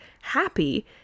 happy